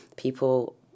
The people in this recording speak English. People